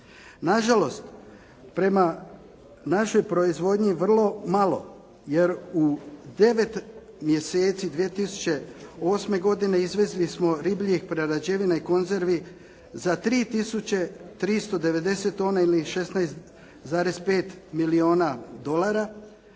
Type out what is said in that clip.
Nažalost prema našoj proizvodnji vrlo malo jer u 9 mjeseci 2008. godine izvezli smo ribljih prerađevina i konzervi za 3 tisuće 390 tona ili 16,5 milijuna dolara